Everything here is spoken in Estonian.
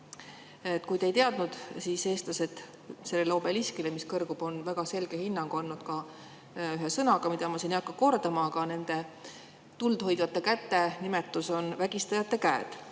Kui te ei teadnud, siis eestlased sellele obeliskile, mis kõrgub, on väga selge hinnangu andnud ka ühe sõnaga, mida siin ma ei hakka kordama, aga nende tuld hoidvate käte nimetus on vägistajate käed. Ja